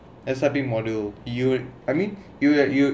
S_I_T module you I mean you you